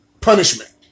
punishment